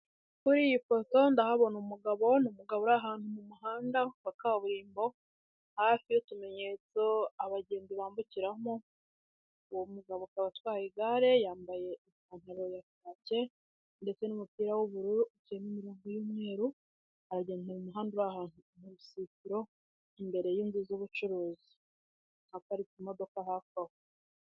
Kuri iyi foto ndahabona umugabo we numu umugabo uri ahantu mu muhanda wa kaburimbo hafi y'utumenyetso abagenzi bambukiramo, uwo mugabo akaba atwaye igare yambaye ipantaro ya kake ndetse n'umupira w'ubururu uciyemo imirongo y'umweru, aragenda mu muhanda uri ahantu mu rusisiro imbere y'inzuzu z'ubucuruzi. Haparitse imodoka hafi aho.